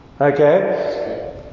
Okay